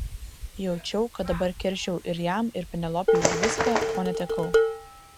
jaučiau kad dabar keršijau ir jam ir penelopei už viską ko netekau